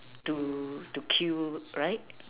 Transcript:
to to kill right